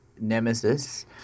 nemesis